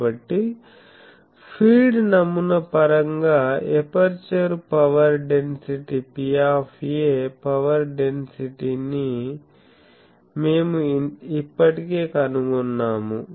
కాబట్టి ఫీడ్ నమూనా పరంగా aperture power density P power density ను మేము ఇప్పటికే కనుగొన్నాము